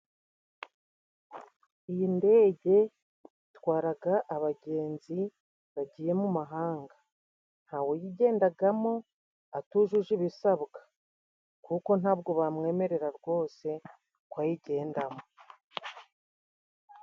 Iyi ndege itwaraga abagenzi bagiye mu mahanga. Ntawe uyigendagamo atujuje ibisabwa kuko ntabwo bamwemerera rwose ko ayigendamo.